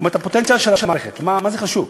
הפוטנציאל של המערכת, מה זה חשוב: